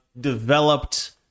developed